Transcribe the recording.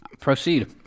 proceed